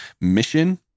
mission